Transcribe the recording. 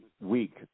week